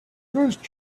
just